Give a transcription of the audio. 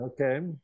okay